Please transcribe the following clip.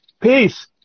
peace